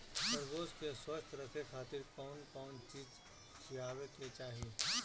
खरगोश के स्वस्थ रखे खातिर कउन कउन चिज खिआवे के चाही?